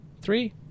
Three